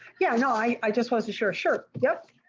yeah, no, i just wasn't sure. sure, yep.